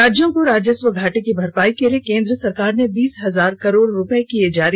राज्यों को राजस्व घाटे की भरपाई के लिए केंद्र सरकार ने बीस हजार करोड़ रूपये किये जारी